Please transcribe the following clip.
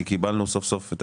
לא.